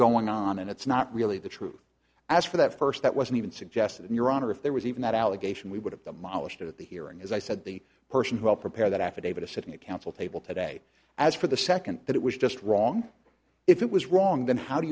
going on and it's not really the truth as for that first that wasn't even suggested in your honor if there was even that allegation we would have demolished it at the hearing as i said the person who helped prepare that affidavit of city counsel table today as for the second that it was just wrong if it was wrong then how do